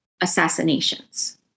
assassinations